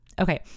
Okay